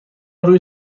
روی